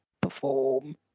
perform